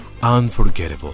Unforgettable